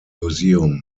museum